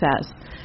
success